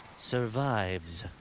survives.